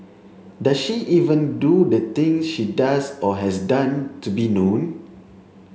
does she even do the things she does or has done to be known